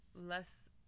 less